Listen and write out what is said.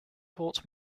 caught